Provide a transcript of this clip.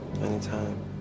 anytime